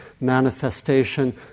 manifestation